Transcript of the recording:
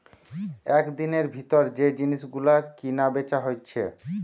একদিনের ভিতর যে জিনিস গুলো কিনা বেচা হইছে